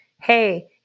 hey